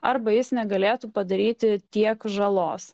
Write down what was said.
arba jis negalėtų padaryti tiek žalos